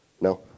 no